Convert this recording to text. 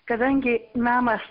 kadangi namas